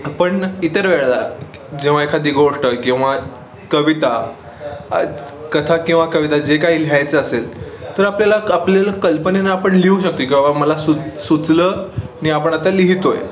पण इतर वेळाला जेव्हा एखादी गोष्ट किंवा कविता कथा किंवा कविता जे काही लिहायचं असेल तर आपल्याला आपल्याला कल्पनेने आपण लिहू शकतो किंवा मला सु सुचलं आणि आपण आता लिहितो आहे